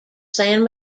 san